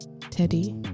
teddy